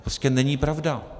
To prostě není pravda.